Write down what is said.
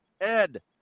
Ed